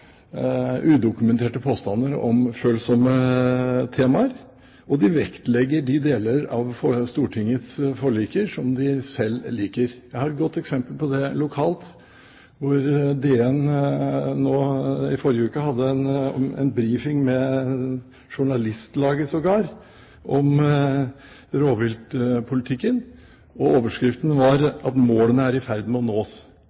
de vektlegger de deler av Stortingets forlik som de selv liker. Jeg har et godt eksempel på det lokalt, hvor DN i forrige uke hadde en briefing med Journalistlaget, sågar, om rovviltpolitikken, og overskriften var at målene var i ferd med å nås.